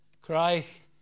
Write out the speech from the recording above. Christ